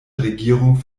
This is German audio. regierung